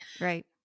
Right